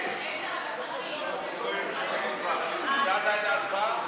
התשפ"א 2021, לוועדה שתקבע ועדת הכנסת נתקבלה.